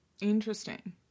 Interesting